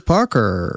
Parker